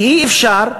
כי אי-אפשר,